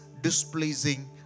displeasing